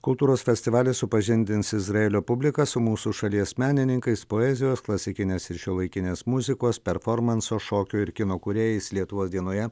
kultūros festivalyje supažindins izraelio publiką su mūsų šalies menininkais poezijos klasikinės ir šiuolaikinės muzikos performanso šokio ir kino kūrėjais lietuvos dienoje